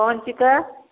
कौनसी का